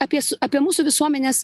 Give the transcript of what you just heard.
apie s apie mūsų visuomenės